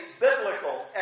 biblical